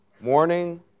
Morning